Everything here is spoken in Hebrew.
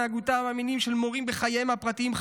התנהגותם המינית של מורים בחייהם הפרטיים,